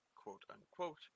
quote-unquote